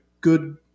good